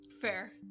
fair